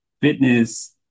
fitness